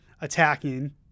attacking